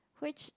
which